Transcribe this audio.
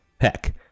Heck